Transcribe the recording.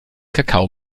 kakao